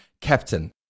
captain